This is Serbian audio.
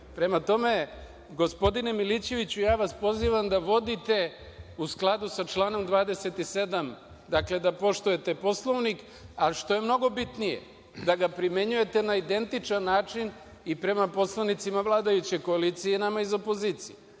tome, gospodine Milićeviću pozivam vas da vodite u skladu sa članom 27, dakle da poštujete Poslovnik, a što je mnogo bitnije da ga primenjujete na identičan način i prema poslanicima vladajuće koalicije i nama iz opozicije.